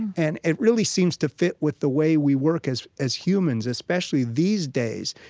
and it really seems to fit with the way we work as as humans, especially these days.